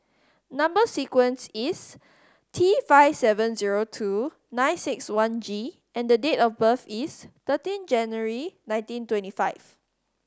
number sequence is T five seven zero two nine six one G and date of birth is thirteen January nineteen twenty five